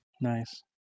Nice